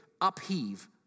upheave